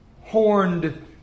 horned